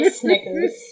Snickers